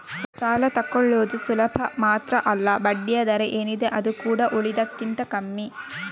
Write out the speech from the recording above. ಸಾಲ ತಕ್ಕೊಳ್ಳುದು ಸುಲಭ ಮಾತ್ರ ಅಲ್ಲ ಬಡ್ಡಿಯ ದರ ಏನಿದೆ ಅದು ಕೂಡಾ ಉಳಿದದಕ್ಕಿಂತ ಕಮ್ಮಿ